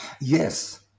Yes